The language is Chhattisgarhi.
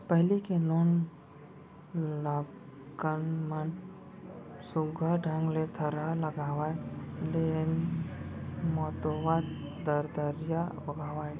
पहिली के लोगन मन सुग्घर ढंग ले थरहा लगावय, लेइ मतोवत ददरिया गावयँ